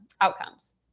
outcomes